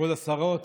כבוד השרות,